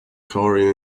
corey